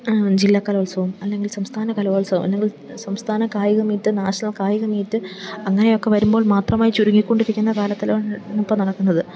ജില്ലാ കലോത്സവം അല്ലെങ്കിൽ സംസ്ഥാന കലോത്സവം അല്ലെങ്കിൽ സംസ്ഥാന കായിക മീറ്റ് നാഷ്ണല് കായിക മീറ്റ് അങ്ങനെയൊക്കെ വരുമ്പോൾ മാത്രമായി ചുരുങ്ങിക്കൊണ്ടിരിക്കുന്ന കാലത്തിലാണ് ഇപ്പം നടക്കുന്നത്